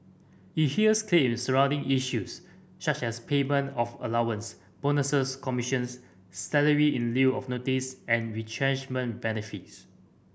it hears claims surrounding issues such as payment of allowance bonuses commissions salary in lieu of notice and retrenchment benefits